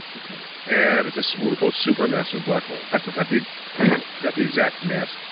and it's it's what we call a super massive black hole, i forgot the forgot the exact mass,